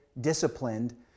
disciplined